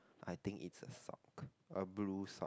I think it's a sock a blue sock